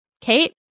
Kate